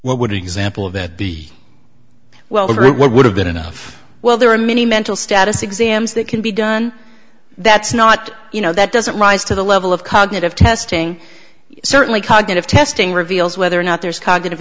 that be well there it would have been enough well there are many mental status exams that can be done that's not you know that doesn't rise to the level of cognitive testing certainly cognitive testing reveals whether or not there's cognitive